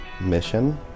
mission